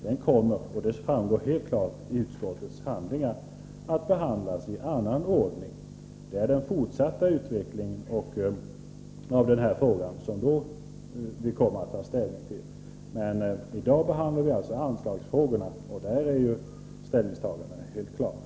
Den kommer, som helt klart framgår av utskottets handlingar, att behandlas i annan ordning. Det är den fortsatta utvecklingen av ärendet som vi då kommer att få ta ställning till, men i dag behandlar vi anslagsfrågorna, och på de punkterna är ställningstagandena helt klara.